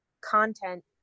content